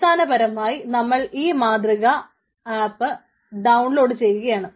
അടിസ്ഥാനപരമായി നമ്മൾ ഈ മാതൃക ആപ്പ് ഡൌൺലോഡ് ചെയ്യുകയാണ്